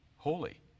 Holy